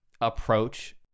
approach